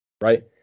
Right